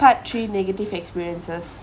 part three negative experiences